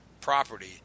property